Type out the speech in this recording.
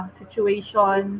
situation